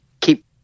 keep